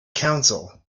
counsel